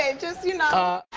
ah just, you know.